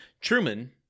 Truman